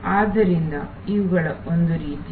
ಆದ್ದರಿಂದ ಇವುಗಳು ಒಂದು ರೀತಿಯ